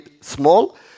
small